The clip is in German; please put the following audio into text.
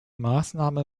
maßnahme